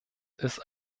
ist